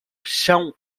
chão